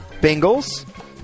Bengals